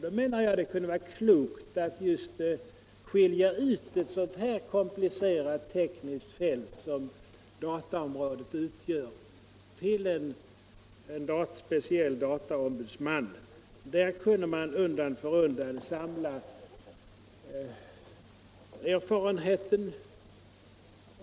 Då menar jag att det kunde vara klokt att skilja ut ett sådant här komplicerat tekniskt fält som dataområdet utgör och ge det till en speciell dataombudsman. Där kunde man undan för undan samla erfarenheter.